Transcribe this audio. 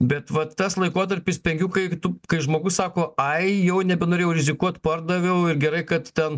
bet vat tas laikotarpis penkių kai tu kai žmogus sako ai jau nebenorėjau rizikuot pardaviau ir gerai kad ten